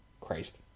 Christ